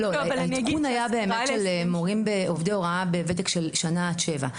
העדכון היה של עובדי הוראה בוותק של שנה עד שבע שנים.